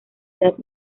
edad